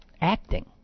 acting